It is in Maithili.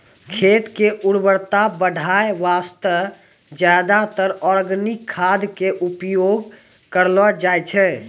खेत के उर्वरता बढाय वास्तॅ ज्यादातर आर्गेनिक खाद के उपयोग करलो जाय छै